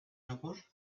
rapor